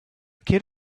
kid